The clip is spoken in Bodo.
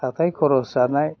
आखाइ खरस जानाय